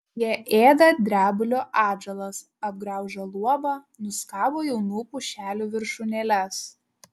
jie ėda drebulių atžalas apgraužia luobą nuskabo jaunų pušelių viršūnėles